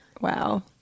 Wow